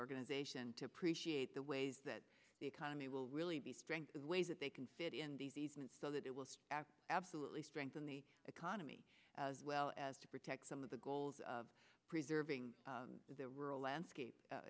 organization to appreciate the ways that the economy will really be strengthened ways that they can fit in so that it will absolutely strengthen the economy as well as to protect some of the goals of preserving the rural landscape